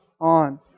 on